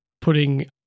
putting